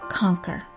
conquer